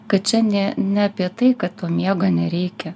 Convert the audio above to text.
kad čia ne ne apie tai kad to miego nereikia